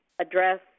address